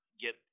get